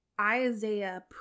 Isaiah